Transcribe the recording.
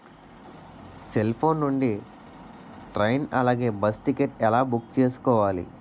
Cell phone నుండి train అలాగే bus ticket ఎలా బుక్ చేసుకోవాలి?